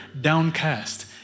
downcast